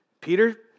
Peter